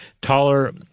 taller